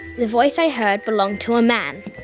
the voice i heard belonged to a man,